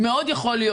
יכול להיות